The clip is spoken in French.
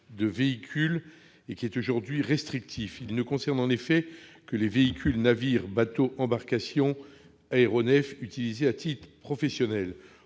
de véhicules, est aujourd'hui restrictif. Il ne concerne en effet que les « véhicules, navires, bateaux, embarcations et aéronefs utilisés à titre professionnel